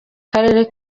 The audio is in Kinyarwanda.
karere